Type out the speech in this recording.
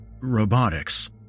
robotics